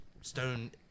stone